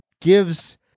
gives